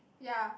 ya